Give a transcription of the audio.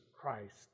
Christ